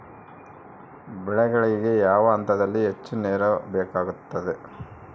ಬೆಳೆಗಳಿಗೆ ಯಾವ ಹಂತದಲ್ಲಿ ಹೆಚ್ಚು ನೇರು ಬೇಕಾಗುತ್ತದೆ?